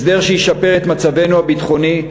הסדר שישפר את מצבנו הביטחוני.